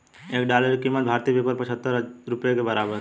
एक डॉलर की कीमत भारतीय पेपर पचहत्तर रुपए के बराबर है